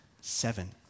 seven